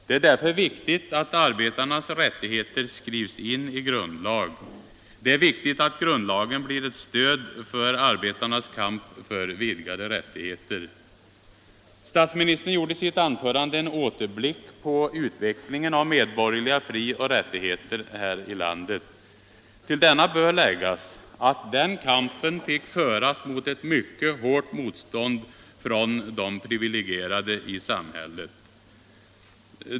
Det är därför viktigt att arbetarnas rättigheter skrivs in i grundlagen. Det är viktigt att grundlagen blir ett stöd för arbetarnas kamp för vidgade rättigheter. Statsministern gjorde i sitt anförande en återblick på utvecklingen av de medborgerliga frioch rättigheterna här i landet. Till denna bör tillläggas att den kampen fick föras under mycket hårt motstånd från de privilegierade i samhället.